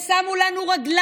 צריך ללמד אותנו לקח,